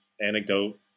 anecdote